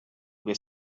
were